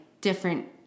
different